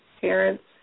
parents